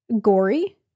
gory